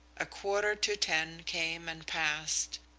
a quarter to ten came and passed.